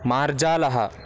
मार्जालः